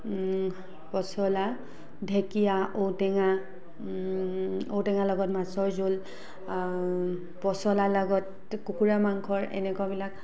পচলা ঢেঁকীয়া ঔ টেঙা ঔ টেঙাৰ লগত মাছৰ জোল পচলাৰ লগত কুকুৰা মাংসৰ এনেকুৱাবিলাক